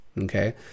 Okay